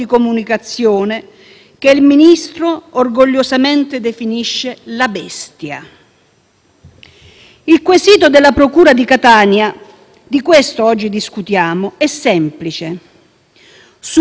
Il quesito della procura di Catania - di questo oggi discutiamo - è semplice: su quanto avvenuto nell'agosto scorso al largo delle nostre coste, ci sono o no